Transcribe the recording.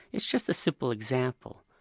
it's just a simple example.